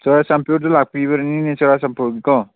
ꯆꯨꯔꯆꯥꯟꯄꯨꯔꯗ ꯂꯥꯛꯄꯤꯕꯅꯤꯅꯦ ꯆꯨꯔꯆꯥꯟꯄꯨꯔꯒꯤꯀꯣ